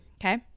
Okay